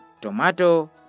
tomato